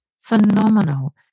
phenomenal